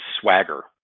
swagger